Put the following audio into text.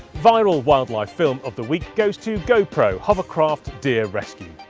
viral wildlife film of the week goes to gopro hovercraft deer rescue.